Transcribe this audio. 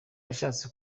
yashatse